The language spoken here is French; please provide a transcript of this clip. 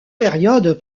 périodes